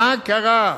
מה קרה?